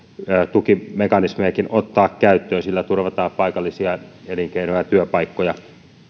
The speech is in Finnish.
tukimekanismejakin ottaa käyttöön sillä turvataan paikallisia elinkeinoja ja työpaikkoja